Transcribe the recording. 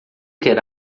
quer